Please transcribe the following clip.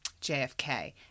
JFK